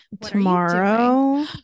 Tomorrow